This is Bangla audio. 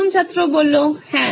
প্রথম ছাত্র হ্যাঁ